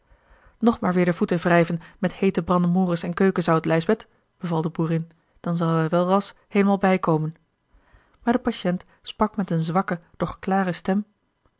maar weêr de voeten wrijven met heete brandemoris en keukenzout lijsbeth beval de boerin dan zal hij wel ras heelemaal bijkomen maar de patiënt sprak met eene zwakke doch klare stem